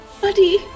buddy